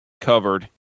Covered